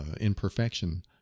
imperfection